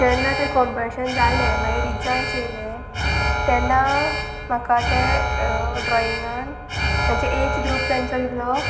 जेन्ना तें कॉम्पिटिशन जालें मागीर रिजल्ट्स येयले तेन्ना म्हाका तें ड्रॉइंगान म्हजे एज ग्रूप तांचो दिलो